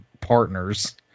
partners